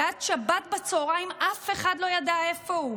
ועד שבת בצוהריים אף אחד לא ידע איפה הוא.